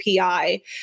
API